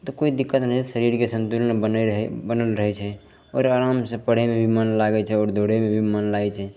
तऽ कोइ दिक्कत नहि शरीरके सन्तुलन बनै रहै बनल रहै छै आओर आरामसे पढ़ैमे भी मोन लागै छै आओर दौड़ैमे भी मोन लागै छै